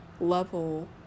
level